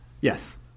yes